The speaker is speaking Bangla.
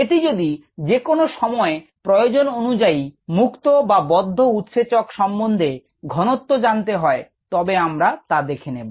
এটি যদি যেকোনো সময় প্রয়োজন অনুযায়ী মুক্ত বা বদ্ধ উৎসেচক সম্বন্ধে ঘনত্ব জানতে হয় তবে আমরা তা দেখে নেব